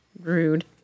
Rude